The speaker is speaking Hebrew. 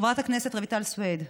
חברת הכנסת רויטל סויד,